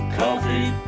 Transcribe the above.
coffee